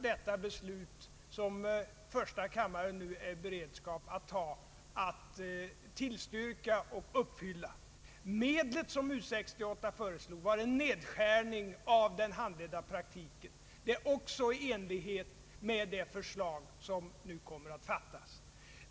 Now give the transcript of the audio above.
Det beslut som första kammaren nu står i begrepp att fatta kommer att förverkliga denna målsättning. Medlet som U 68 föreslog var en nedskärning av den handledda praktiken, vilket också är i enlighet med det beslut som nu kommer att fattas.